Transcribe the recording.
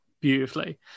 beautifully